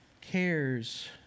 cares